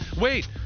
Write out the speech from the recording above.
wait